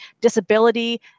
disability